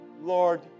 Lord